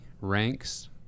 ranks